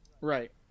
Right